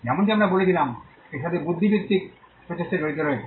যেমনটি আমরা বলেছিলাম এর সাথে বুদ্ধিবৃত্তিক প্রচেষ্টা জড়িত রয়েছে